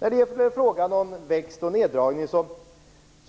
Vad gäller frågan om växt och neddragning